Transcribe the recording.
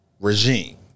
regime